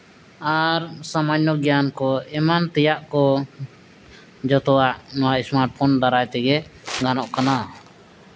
ᱟᱨ ᱥᱟᱢᱟᱱᱱᱚ ᱜᱮᱭᱟᱱ ᱠᱚ ᱮᱢᱟᱱ ᱛᱮᱭᱟᱜ ᱠᱚ ᱡᱚᱛᱚᱣᱟᱜ ᱱᱚᱣᱟ ᱥᱢᱟᱨᱴᱯᱷᱳᱱ ᱫᱟᱨᱟᱭ ᱛᱮᱜᱮ ᱜᱟᱱᱚᱜ ᱠᱟᱱᱟ